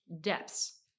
depths